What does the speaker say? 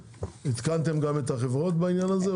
עדכנתם גם את החברות בעניין הזה?